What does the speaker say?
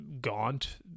gaunt